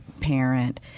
parent